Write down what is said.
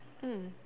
mm